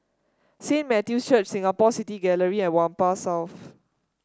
Saint Matthew's Church Singapore City Gallery and Whampoa South